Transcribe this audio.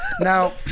Now